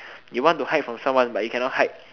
you want to hide from someone but you cannot hide